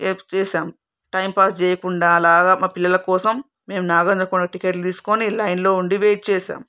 wait చేసాం time pass చేయకుండా అలాగా మా పిల్లల కోసం నాగార్జున కొండ టికెట్లు తీసుకొని మేము లైన్లో ఉండి వెయిట్ చేసాం